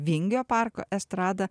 vingio parko estradą